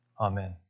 Amen